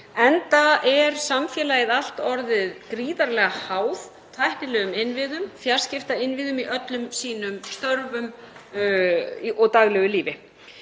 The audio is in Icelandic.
enda er samfélagið allt orðið gríðarlega háð tæknilegum innviðum, fjarskiptainnviðum, í öllum sínum störfum og í daglegu lífi.